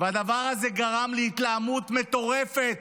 והדבר הזה גרם להתלהמות מטורפת.